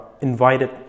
invited